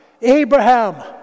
Abraham